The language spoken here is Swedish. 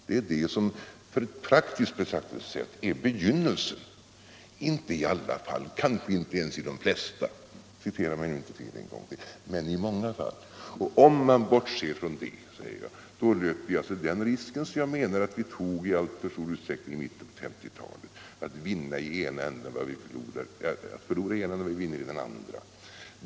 Det är detta som med ett praktiskt betraktelsesätt är begynnelsen när det gäller problemen för de här berörda människorna, inte i alla fall, kanske inte ens i de flesta — jag hoppas att jag inte blir felciterad ytterligare en gång — men i många fall, och om vi bortser från det löper vi alltså den risk som jag menar att vi tog i alltför stor utsträckning i mitten på 1950-talet för att förlora i ena änden vad vi vinner i den andra.